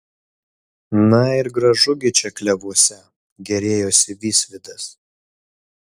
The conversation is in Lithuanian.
na ir gražu gi čia klevuose gėrėjosi visvydas